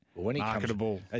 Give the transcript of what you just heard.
marketable